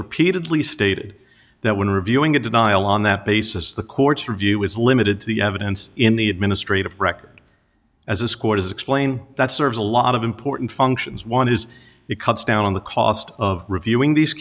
repeatedly stated that when reviewing a denial on that basis the court's review is limited to the evidence in the administrative record as a score does explain that serves a lot of important functions one is it cuts down on the cost of reviewing these